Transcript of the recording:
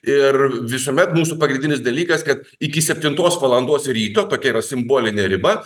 ir visuomet mūsų pagrindinis dalykas kad iki septintos valandos ryto tokia yra simbolinė riba